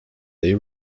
they